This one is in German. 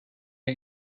der